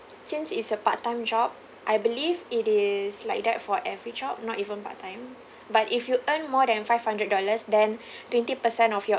since it's a part-time job I believe it is like that for every job not even part-time but if you earn more than five hundred dollars then twenty per cent of your